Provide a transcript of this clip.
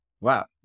Wow